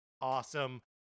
awesome